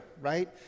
right